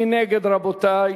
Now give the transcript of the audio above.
מי נגד, רבותי?